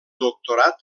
doctorat